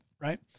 Right